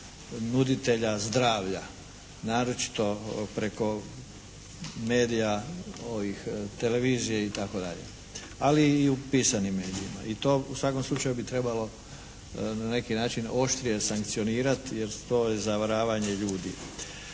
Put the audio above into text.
nuditelja zdravlja. Naročito preko medija, ovih televizije i tako dalje. Ali i u pisanim medijima i to u svakom slučaju bi trebalo na neki način oštrije sankcionirati jer su to zavaravanje ljudi.